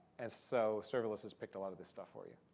and so serverless has picked a lot of this stuff for you.